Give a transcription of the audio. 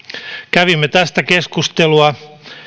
kävimme tästä keskustelua